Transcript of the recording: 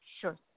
Sure